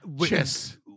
Chess